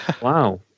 Wow